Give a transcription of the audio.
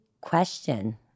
question